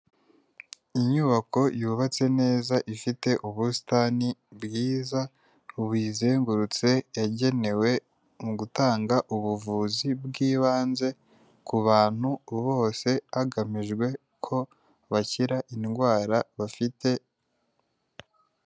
Inyubako yubatse neza ifite ubusitani bwiza buyizengurutse yagenewe mu gutanga ubuvuzi bw'ibanze ku bantu bose hagamijwe ko bakira indwara bafite.